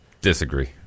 Disagree